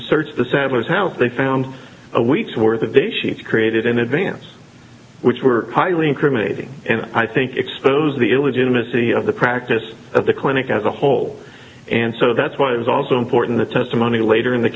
search the sadler's house they found a week's worth of a sheet created in advance which were highly incriminating and i think expose the illegitimacy of the practice of the clinic as a whole and so that's why it was also important the testimony later in the